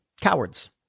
cowards